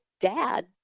dad